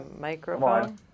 microphone